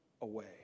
away